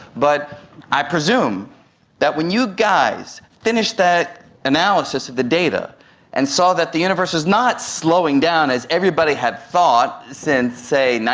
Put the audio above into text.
but i presume that when you guys finished that analysis of the data and saw that the universe was not slowing down as everybody had thought since, say,